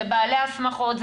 זה בעלי השמחות,